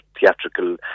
theatrical